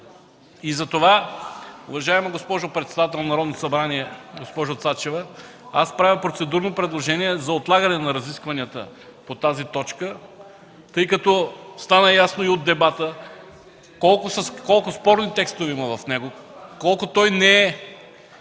Затова, уважаема госпожо председател на Народното събрание, госпожо Цачева, аз правя процедурно предложение за отлагане на разискванията по тази точка, тъй като стана ясно и от дебата колко спорни текстове има в него, колко той,